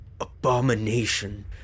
abomination